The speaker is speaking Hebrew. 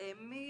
מי